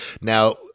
now